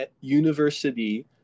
university